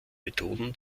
methoden